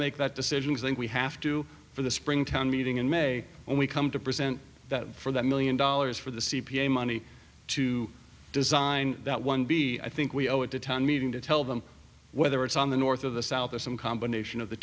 make that decision think we have to for the springtown meeting in may when we come to present that for that million dollars for the c p a money to design that one b i think we owe it to town meeting to tell them whether it's on the north of the south or some combination of the